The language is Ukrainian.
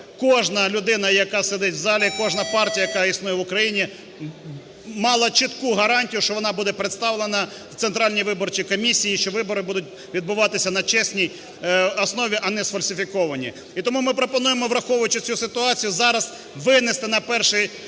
кожна людина, яка сидить у залі, і кожна партія, яка існує в Україні, мала чітку гарантію, що вона буде представлена в Центральній виборчій комісії, що вибори будуть відбуватися на чесній основі, а не сфальсифікованій. І тому ми пропонуємо, враховуючи цю ситуацію, зараз винести на перший